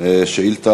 אדוני השר,